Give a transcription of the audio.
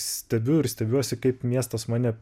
stebiu ir stebiuosi kaip miestas mane